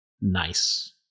Nice